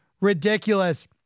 ridiculous